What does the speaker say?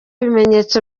bimenyetso